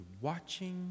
watching